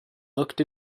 looked